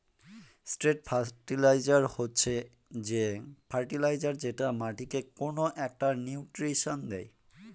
straight fertiliser হচ্ছে যে fertiliser যেটা মাটিকে কোনো একটা নিউট্রিশন দেয়